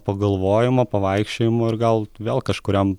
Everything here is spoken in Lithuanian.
pagalvojimo pavaikščiojimo ir gal vėl kažkuriam